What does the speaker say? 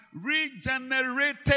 regenerated